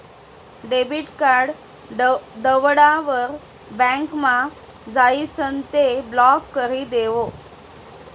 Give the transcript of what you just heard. debit card दवडावर बँकमा जाइसन ते ब्लॉक करी देवो